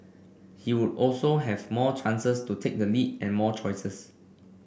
he would also have more chances to take the lead and more choices